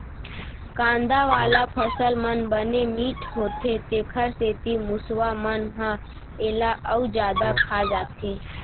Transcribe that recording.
कांदा वाला फसल मन बने मिठ्ठ होथे तेखर सेती मूसवा मन ह एला अउ जादा खा जाथे